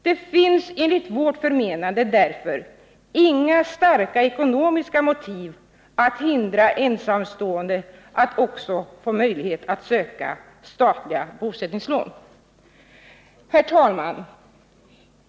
Det finns enligt vårt förmenande därför inga starka ekonomiska motiv att hindra ensamstående att också få möjlighet att söka statliga bosättningslån. Herr talman!